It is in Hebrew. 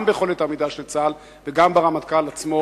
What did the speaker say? גם ביכולת העמידה של צה"ל וגם ברמטכ"ל עצמו.